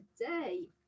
today